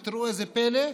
ותראו איזה פלא,